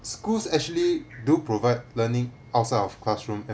schools actually do provide learning outside of classroom